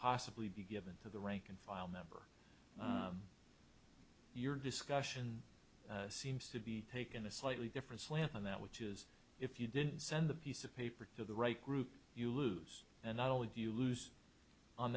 possibly be given to the rank and file number your discussion seems to be taken a slightly different slant on that which is if you didn't send a piece of paper to the right group you lose and not all of you lose on